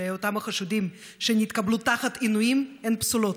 אותם החשודים שהתקבלו תחת עינויים הן פסולות,